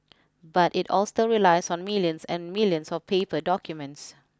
but it all still relies on millions and millions of paper documents